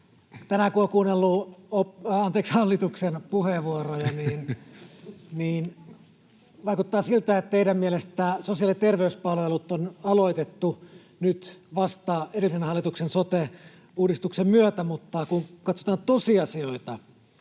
Tänään kun on kuunnellut hallituksen puheenvuoroja, niin vaikuttaa siltä, että teidän mielestänne sosiaali- ja terveyspalvelut on aloitettu nyt vasta edellisen hallituksen sote-uudistuksen myötä, mutta kun katsotaan tosiasioita,